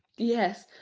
yes,